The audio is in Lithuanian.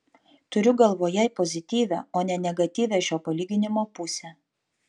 turiu galvoje pozityvią o ne negatyvią šio palyginimo pusę